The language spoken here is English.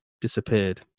disappeared